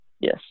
Yes